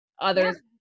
others